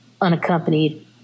unaccompanied